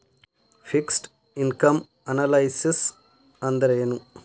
Fixed income analysis ಅಂದ್ರೆನು?